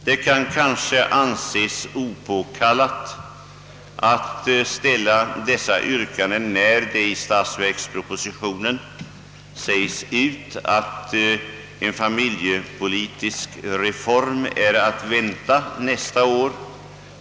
Det kan kanske anses opåkallat att ställa dessa yrkanden, när det i statsverkspropositionen säges att en familjepolitisk reform är att vänta nästa år.